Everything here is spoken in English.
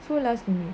so last minute